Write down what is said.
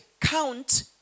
count